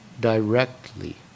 directly